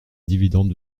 dividendes